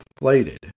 inflated